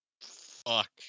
Fuck